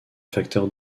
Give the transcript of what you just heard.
facteur